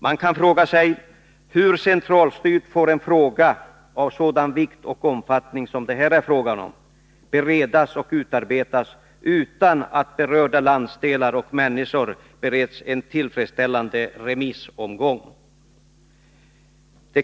Man kan fråga: Hur centralstyrt får ett ärende av sådan vikt och omfattning som det här gäller beredas och utarbetas, utan att berörda landsdelar och människor ges en tillfredsställande remissomgång?